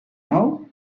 now